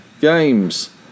Games